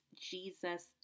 Jesus